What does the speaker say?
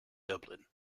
dublin